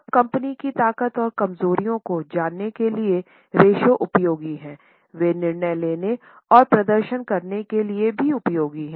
अब कंपनी की ताकत और कमजोरियों को जानने के लिए रेश्यो उपयोगी हैं वे निर्णय लेने और प्रदर्शन जानने के लिए भी उपयोगी हैं